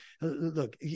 Look